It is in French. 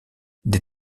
des